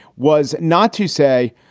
was not to say,